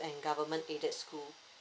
and government aided school